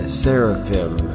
seraphim